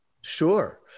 Sure